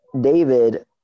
David